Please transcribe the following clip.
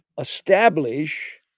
establish